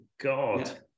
God